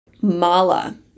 Mala